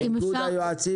אהיה ממוקד.